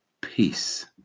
Peace